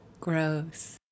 gross